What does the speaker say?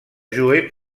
jouer